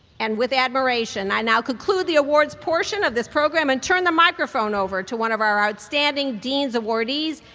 and with admiration, i now conclude the awards portion of this program and turn the microphone over to one of our outstanding dean's awardees,